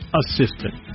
assistant